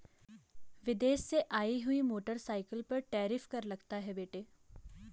विदेश से आई हुई मोटरसाइकिल पर टैरिफ कर लगता है बेटे